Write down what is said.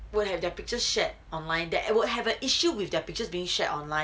were have their pictures shared online that would have an issue with their pictures being shared online